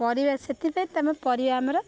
ପରିବା ସେଥିପାଇଁ ତୁମ ପରିବା ଆମର